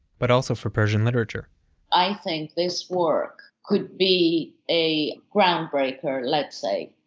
but also for persian literature i think this work could be a groundbreaker, let's say.